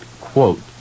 quote